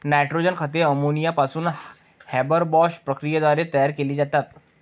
nitrogen खते ammonia पासून Haber Bosch प्रक्रियेद्वारे तयार केली जातात